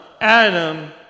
Adam